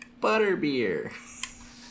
Butterbeer